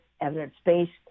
evidence-based